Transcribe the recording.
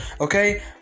Okay